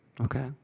Okay